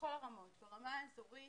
בכל הרמות, ברמה האזורית,